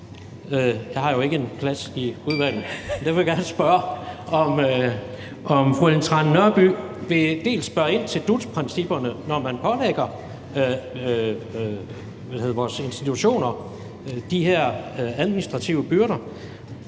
jeg har jo ikke en plads i udvalget, så derfor vil jeg gerne spørge om det her – om fru Ellen Trane Nørby vil spørge ind til dut-principperne, når man pålægger vores institutioner de her administrative byrder.